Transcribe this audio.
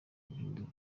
guhindura